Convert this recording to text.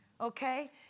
okay